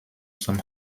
some